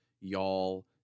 y'all